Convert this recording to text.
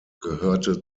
gehörte